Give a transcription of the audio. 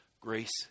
Grace